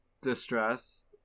distress